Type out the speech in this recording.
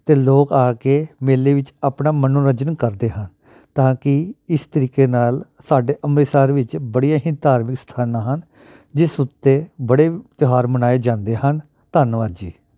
ਅਤੇ ਲੋਕ ਆ ਕੇ ਮੇਲੇ ਵਿੱਚ ਆਪਣਾ ਮਨੋਰੰਜਨ ਕਰਦੇ ਹਨ ਤਾਂ ਕਿ ਇਸ ਤਰੀਕੇ ਨਾਲ ਸਾਡੇ ਅੰਮ੍ਰਿਤਸਰ ਵਿੱਚ ਬੜੀਆਂ ਹੀ ਧਾਰਮਿਕ ਅਸਥਾਨਾਂ ਹਨ ਜਿਸ ਉੱਤੇ ਬੜੇ ਤਿਉਹਾਰ ਮਨਾਏ ਜਾਂਦੇ ਹਨ ਧੰਨਵਾਦ ਜੀ